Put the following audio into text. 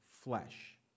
flesh